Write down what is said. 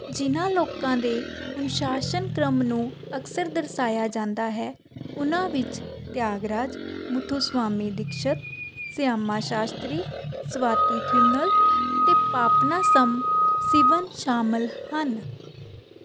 ਜਿਨ੍ਹਾਂ ਲੋਕਾਂ ਦੇ ਅਨੁਸ਼ਾਸਨ ਕ੍ਰਮ ਨੂੰ ਅਕਸਰ ਦਰਸਾਇਆ ਜਾਂਦਾ ਹੈ ਉਨ੍ਹਾਂ ਵਿੱਚ ਤਿਆਗਰਾਜ ਮੁਥੁਸਵਾਮੀ ਦੀਕਸ਼ਤ ਸਿਆਮਾ ਸ਼ਾਸਤਰੀ ਸਵਾਤੀ ਥਿਰੂਨਲ ਅਤੇ ਪਾਪਨਾਸਮ ਸਿਵਨ ਸ਼ਾਮਲ ਹਨ